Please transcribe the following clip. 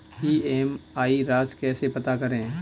EMI राशि कैसे पता करें?